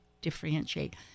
differentiate